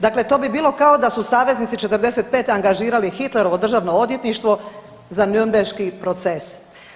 Dakle to bi bili kao da su saveznici '45. angažirali Hitlerovo državno odvjetništvo za nürnberški proces.